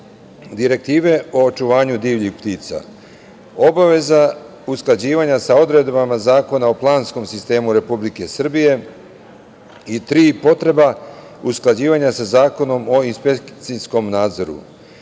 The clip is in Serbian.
Direktiva o očuvanju divljih ptica, obaveza usklađivanja sa odredbama Zakona o planskom sistemu Republike Srbije i potreba usklađivanja sa Zakonom o inspekcijskom nadzoru. Jedan